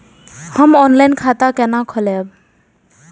हम ऑनलाइन खाता केना खोलैब?